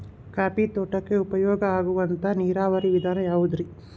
Coffee ತೋಟಕ್ಕ ಉಪಾಯ ಆಗುವಂತ ನೇರಾವರಿ ವಿಧಾನ ಯಾವುದ್ರೇ?